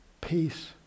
Peace